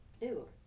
Ew